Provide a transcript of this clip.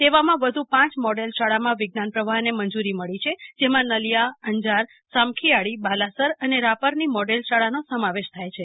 તેવામાં વધુ પાંચ મોડેલ શાળામાં વિજ્ઞાન પ્રવાજને મંજુરી મળી છે જેમાં નલિયા અંજાર સામખિયાળી બાલાસર અને રાપરની મોડેલ શાળાનો સમાવેશ થાય છે